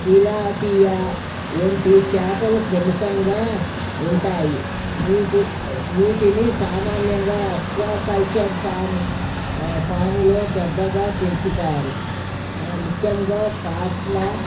tilapia వంటి చేపలు ప్రముఖంగా ఉంటాయి వీటి వీటిని సామాన్యంగా అక్వాకల్చర్ ఫార్మ్ ఫాముల్లో పెద్దగా పెంచుతారు ముఖ్యంగా కాట్ల